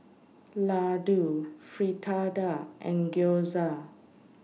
Ladoo Fritada and Gyoza